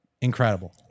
incredible